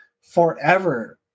forever